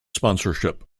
sponsorship